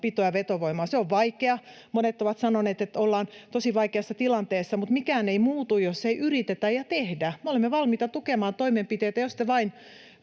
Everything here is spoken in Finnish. pito- ja vetovoimaa. Se on vaikeaa — monet ovat sanoneet, että ollaan tosi vaikeassa tilanteessa — mutta mikään ei muutu, jos ei yritetä ja tehdä. Me olemme valmiita tukemaan toimenpiteitä, jos te vain